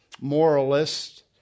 moralist